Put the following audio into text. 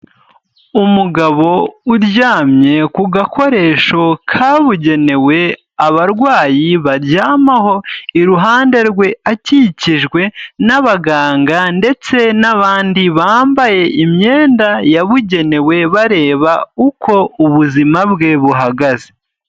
Umugabo uryamye ku gakoresho kabugenewe, abarwayi baryamaho, iruhande rwe akikijwe n'abaganga, ndetse n'abandi bambaye imyenda yabugenewe, bareba uko ubuzima bwe buhagaze.